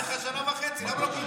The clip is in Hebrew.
היו לך שנה וחצי, למה לא קידמת?